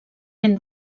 ben